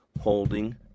holding